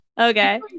Okay